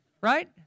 right